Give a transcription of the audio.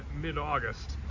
mid-August